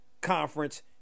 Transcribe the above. Conference